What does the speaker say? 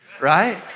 right